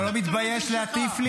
אתה לא מתבייש להטיף לי?